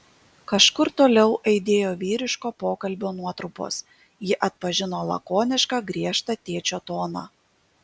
kažkur toliau aidėjo vyriško pokalbio nuotrupos ji atpažino lakonišką griežtą tėčio toną